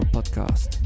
Podcast